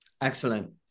Excellent